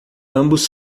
ambos